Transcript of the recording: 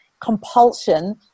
compulsion